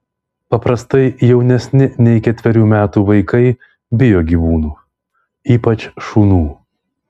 paprastai jaunesni nei ketverių metų vaikai bijo gyvūnų ypač šunų